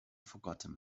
forgotten